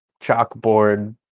chalkboard